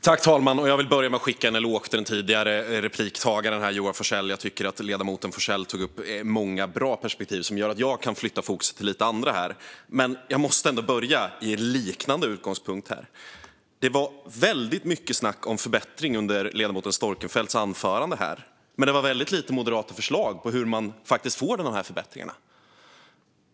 Fru talman! Jag vill börja med att skicka en eloge till den föregående repliktagaren, Joar Forssell. Jag tycker att ledamoten Forssell tog upp många bra perspektiv. Det gör att jag kan flytta fokus till lite annat i mina repliker. Men jag måste ändå börja i en liknande utgångspunkt. Det var väldigt mycket snack om förbättring under ledamoten Storckenfeldts anförande. Men det var väldigt lite moderata förslag på hur man faktiskt får de här förbättringarna.